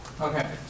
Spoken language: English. Okay